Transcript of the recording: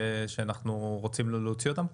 שאנחנו רוצים להוציא אותם?